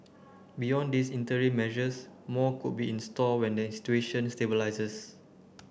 beyond these interim measures more could be in store when the situation stabilises